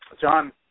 John